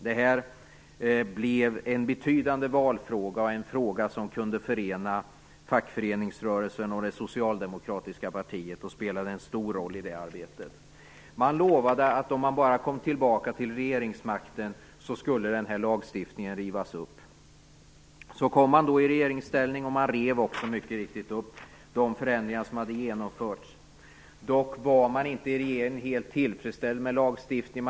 Det här blev en betydande valfråga och en fråga som kunde förena fackföreningsrörelsen och det socialdemokratiska partiet och som spelade en stor roll i det arbetet. Man lovade att om man bara kom tillbaka till regeringsmakten skulle lagstiftningen rivas upp. Så kom man då i regeringsställning och man rev mycket riktigt upp de förändringar som hade genomförts. Dock var man inte i regeringen helt tillfredsställd med lagstiftningen.